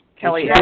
Kelly